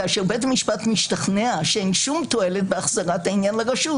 כאשר בית המשפט משתכנע שאין שום תועלת בהחזרת העניין לרשות,